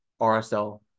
RSL